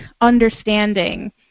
understanding